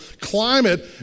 climate